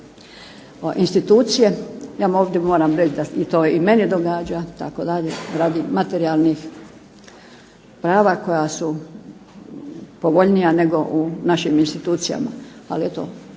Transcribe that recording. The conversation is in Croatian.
institucije. Ja ovdje moram reći da se to i meni događa radi materijalnih prava koja su povoljnija nego u našim institucijama, ali eto